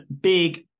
big